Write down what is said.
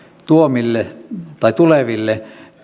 tuleville